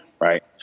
right